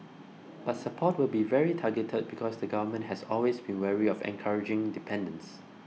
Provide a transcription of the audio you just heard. but support will be very targeted because the Government has always been wary of encouraging dependence